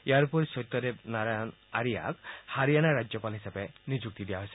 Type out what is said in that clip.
ইয়াৰ উপৰি সত্যদেৱ নাৰায়ণ আৰিয়াক হাৰিয়ানাৰ ৰাজ্যপাল হিচাপে নিযুক্তি দিয়া হৈছে